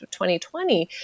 2020